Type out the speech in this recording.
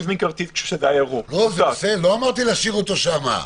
לא אמרתי להשאיר אותו שם.